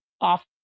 off